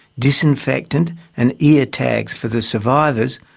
disinfectant and ear-tags for the survivors,